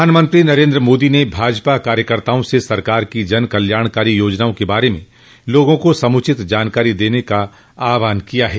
प्रधानमंत्री नरेन्द्र मोदी ने भाजपा कार्यकर्ताओं से सरकार की जनकल्याणकारी योजनाओं के बारे में लोगों को समुचित जानकारी देने का आहवान किया है